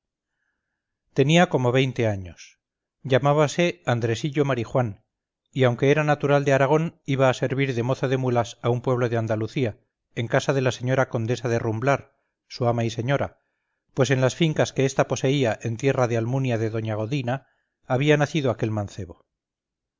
tenía como veinte años llamábase andresillo marijuán y aunque era natural de aragón iba a servir de mozo de mulas a un pueblo de andalucía en casa de la señora condesa de rumblar su ama y señora pues en las fincas que esta poseía en tierra de almunia de doña godina había nacido aquel mancebo